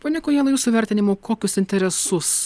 pone kojala jūsų vertinimu kokius interesus